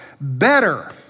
better